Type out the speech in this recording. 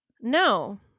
No